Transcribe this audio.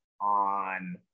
on